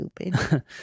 stupid